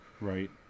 Right